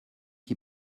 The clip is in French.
qui